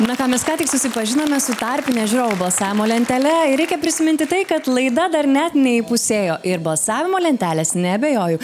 na ką mes ką tik susipažinome su tarpine žiūrovų balsavimo lentele reikia prisiminti tai kad laida dar net neįpusėjo ir balsavimo lentelės neabejoju